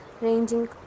ranging